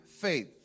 faith